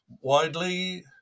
widely